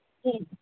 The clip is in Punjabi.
ਜੀ